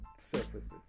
surfaces